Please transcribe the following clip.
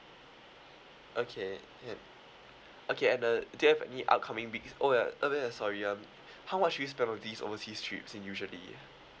okay and okay and uh do you have any upcoming week oh ya uh sorry um how much you spend on these overseas trips in usually